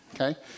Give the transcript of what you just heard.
Okay